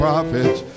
Prophets